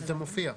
זה מופיע.